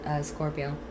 Scorpio